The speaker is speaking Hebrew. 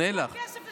מאיפה הכסף ל-600